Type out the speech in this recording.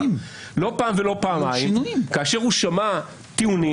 לא רק פסילת חוקים אלא בכלל.